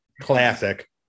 Classic